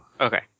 Okay